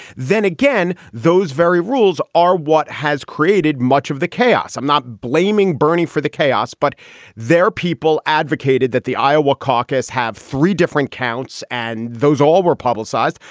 then again, those very rules are what has created much of the chaos. i'm not blaming bernie for the chaos, but there are people advocated that the iowa caucus have three different counts and those all were publicized.